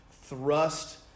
thrust